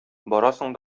барасың